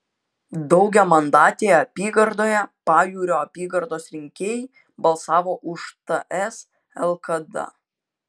daugiamandatėje apygardoje pajūrio apygardos rinkėjai balsavo už ts lkd